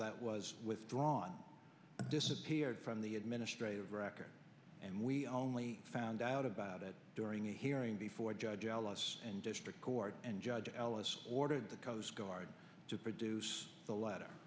that was withdrawn disappeared from the administrative record and we only found out about it during a hearing before a judge ellis and district court and judge ellis ordered the coast guard to produce the letter